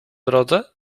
drodze